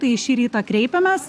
tai šį rytą kreipėmės